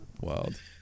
Wild